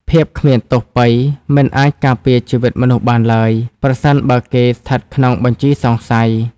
ភាពគ្មានទោសពៃរ៍មិនអាចការពារជីវិតមនុស្សបានឡើយ ប្រសិនបើគេស្ថិតក្នុងបញ្ជីសង្ស័យ។